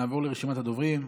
נעבור לרשימת הדוברים.